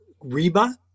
Reba